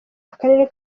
akarere